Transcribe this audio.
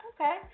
Okay